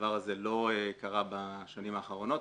הדבר הזה לא קרה בשנים האחרונות,